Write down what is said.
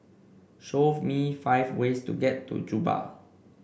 show me five ways to get to Juba